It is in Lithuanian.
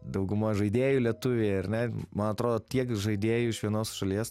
dauguma žaidėjų lietuviai ar ne man atrodo tiek žaidėjų iš vienos šalies